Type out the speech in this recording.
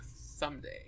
someday